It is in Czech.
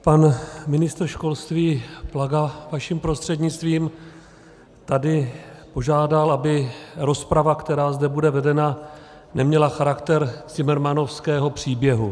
Pan ministr školství Plaga vaším prostřednictvím tady požádal, aby rozprava, která zde bude vedena, neměla charakter cimrmanovského příběhu.